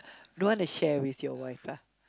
don't want to share with your wife ah